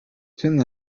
ten